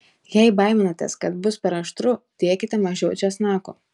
jei baiminatės kad bus per aštru dėkite mažiau česnako